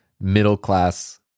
middle-class